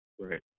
Right